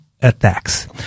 attacks